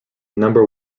number